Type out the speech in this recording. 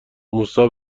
موسی